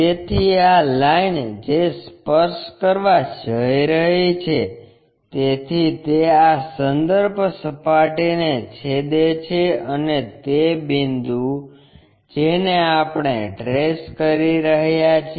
તેથી આ લાઇન જે સ્પર્શ કરવા જઈ રહી છે તેથી તે આ સંદર્ભ સપાટીને છેદે છે અને તે બિંદુ જેને આપણે ટ્રેસ કહી રહ્યા છીએ